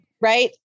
right